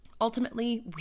ultimately